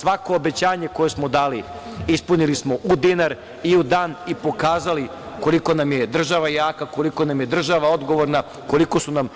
Svako obećanje koje smo dali ispunili smo u dinar i u dan i pokazali koliko nam je država jaka, koliko nam je država odgovorna, koliko su nam